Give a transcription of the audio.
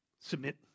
Submit